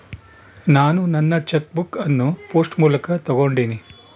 ನಾನು ನನ್ನ cheque book ಅನ್ನು ಪೋಸ್ಟ್ ಮೂಲಕ ತೊಗೊಂಡಿನಿ